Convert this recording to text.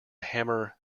hammer